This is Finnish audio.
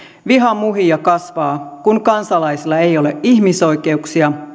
viha muhii ja kasvaa kun kansalaisilla ei ole ihmisoikeuksia